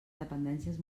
dependències